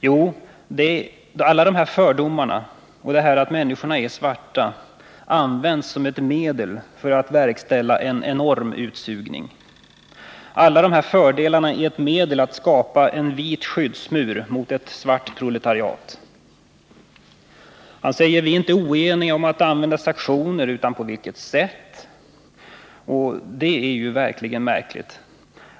Jo, alla dessa fördomar och detta att de är svarta används som ett medel för att verkställa en enorm utsugning. Alla dessa fördomar är ett medel att skapa en vit skyddsmur mot ett svart proletariat. Han säger att vi inte är oeniga om att använda sanktioner utan om sättet på vilket det skall ske. Det är verkligen märkligt.